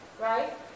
right